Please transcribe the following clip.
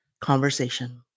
conversation